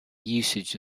usage